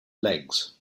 legs